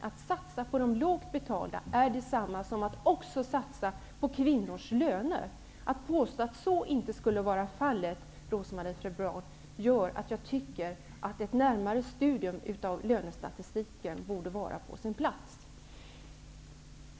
Att satsa på de lågt betalda är detsamma som att satsa på kvinnors löner. Om man påstår att så inte skulle vara fallet, Rose-Marie Frebran, tycker jag att ett närmare studium av lönestatistiken vore på sin plats.